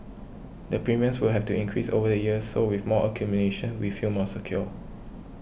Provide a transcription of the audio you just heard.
the premiums will have to increase over the years so with more accumulation we feel more secure